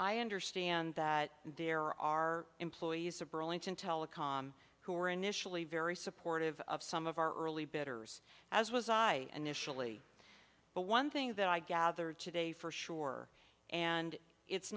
i understand that there are employees of burlington telecom who were initially very supportive of some of our early bidders as was i initially but one thing that i gathered today for sure and it's